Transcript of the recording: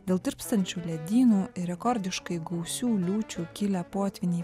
dėl tirpstančių ledynų ir rekordiškai gausių liūčių kilę potvyniai